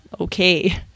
okay